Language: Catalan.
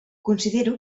considero